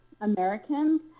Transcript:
americans